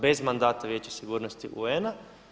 Bez mandata Vijeće sigurnosti UN-a.